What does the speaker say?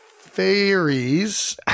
fairies